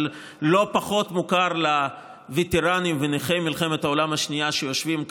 אבל לא פחות מוכר לווטרנים ולנכי מלחמת העולם השנייה שיושבים כאן,